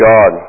God